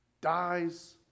dies